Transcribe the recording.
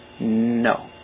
No